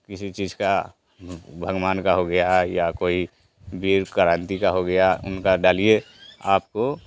किसी चीज़ का भगवान का हो गया या कोई वीर क्रांति का हो गया उनका डालिए आपको